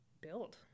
build